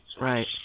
Right